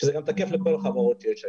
שזה גם תקף לכל החברות שיש היום.